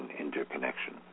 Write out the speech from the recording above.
interconnection